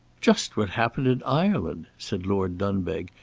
just what happened in ireland! said lord dunbeg,